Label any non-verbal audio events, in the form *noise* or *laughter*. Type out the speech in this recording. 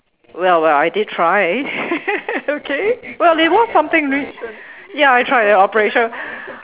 well well I did try *laughs* okay well you want something new ya I tried an operation